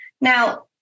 Now